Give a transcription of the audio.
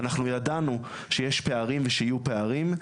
אנחנו ידענו שיש פערים ושיהיו פערים,